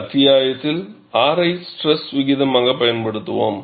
இந்த அத்தியாயத்தில் R ஐ ஸ்ட்ரெஸ் விகிதமாகப் பயன்படுத்துவோம்